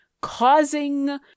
causing